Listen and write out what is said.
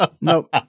No